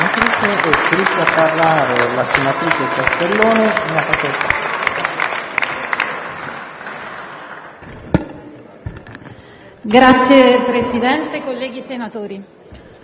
Signor Presidente, colleghi senatori,